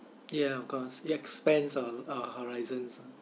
yeah of course it expands on our horizons